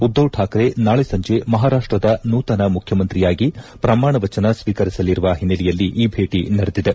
ಉದ್ದವ್ ಠಾಕ್ರೆ ನಾಳೆ ಸಂಜೆ ಮಹಾರಾಷ್ಟದ ನೂತನ ಮುಖ್ಯಮಂತ್ರಿಯಾಗಿ ಪ್ರಮಾಣ ವಚನ ಸ್ವೀಕರಿಸಲಿರುವ ಹಿನ್ನೆಲೆಯಲ್ಲಿ ಈ ಭೇಟಿ ನಡೆದಿದೆ